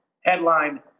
headline